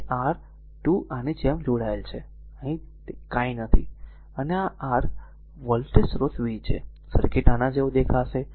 તે પણ છે કે તે r r 2 આની જેમ જોડાયેલ છે અને ત્યાં કંઈ નથી અને આ r વોલ્ટેજ સ્રોત વી છે સર્કિટ આના જેવો દેખાશે